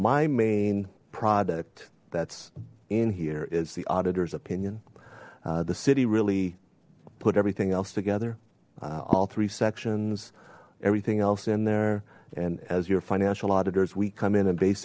my main product that's in here is the auditors opinion the city really put everything else together all three sections everything else in there and as your financial auditors we come in and bas